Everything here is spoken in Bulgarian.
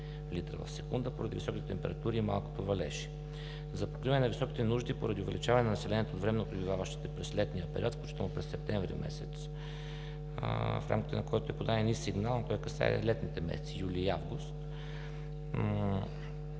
до 0,3 л/сек. поради високите температури и малкото валежи. За покриване на високите нужди и поради увеличаване на населението от временно пребиваващите през летния период, включително през месец септември, в рамките на който е подаден и сигналът, той касае летните месеци – юли и август,